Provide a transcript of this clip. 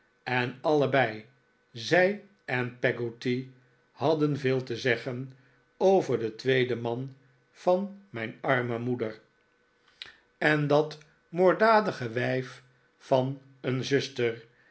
en allebei zij en peggotty hadden veel te zeggen over den tweeden man van mijn arme moeder en dat moorddavid copperfield dadige wijf van een zuster